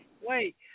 wait